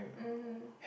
mmhmm